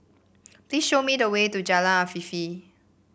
please show me the way to Jalan Afifi